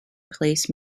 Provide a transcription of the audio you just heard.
place